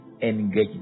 engage